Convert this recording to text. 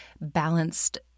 balanced